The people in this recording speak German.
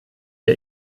wir